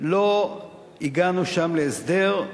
לא הגענו שם להסדר,